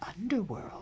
Underworld